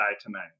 tonight